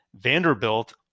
Vanderbilt